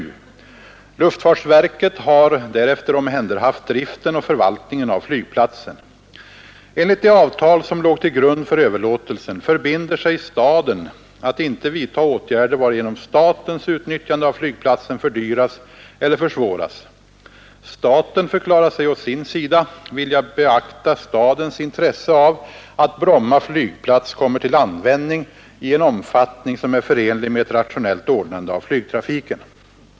Luftfartsverket har därefter omhänderhaft driften och förvaltningen av flygplatsen. Enligt det avtal som låg till grund för överlåtelsen förbinder sig staden att inte vidta åtgärder, varigenom statens utnyttjande av flygplatsen fördyras eller försvåras. Staten förklarar sig å sin sida vilja beakta stadens intresse av att Bromma flygplats kommer till användning i en omfattning, som är förenlig med ett rationellt ordnande av flygtrafiken.